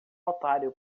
otário